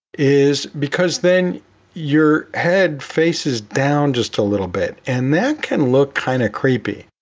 is because then your head faces down just a little bit and that can look kind of creepy.